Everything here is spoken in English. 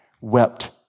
wept